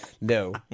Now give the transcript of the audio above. No